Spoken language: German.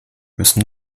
müssen